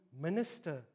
minister